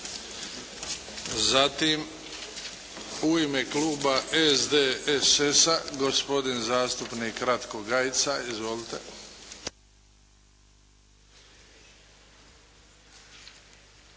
Zatim u ime kluba SDSS-a gospodin zastupnik Ratko Gajica. Izvolite.